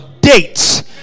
dates